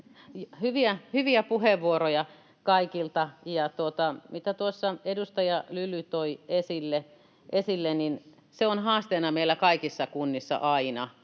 Hyviä puheenvuoroja kaikilta. Se, mitä tuossa edustaja Lyly toi esille, on haasteena meillä kaikissa kunnissa aina,